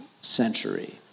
century